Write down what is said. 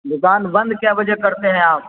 دکان بند کئے بجے کرتے ہیں آپ